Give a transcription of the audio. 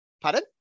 Pardon